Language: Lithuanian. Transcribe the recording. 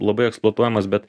labai eksploatuojamas bet